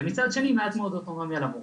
ומצד שני מעט מאוד אוטונומיה למורים.